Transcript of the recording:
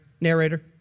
narrator